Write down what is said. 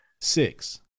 Six